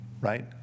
right